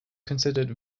considered